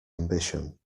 ambition